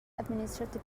administrative